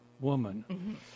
woman